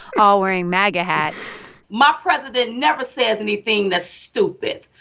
all wearing maga hats my president never says anything that's stupid.